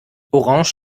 orange